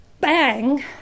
Bang